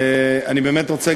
אני רוצה,